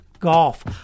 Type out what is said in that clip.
Golf